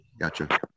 Gotcha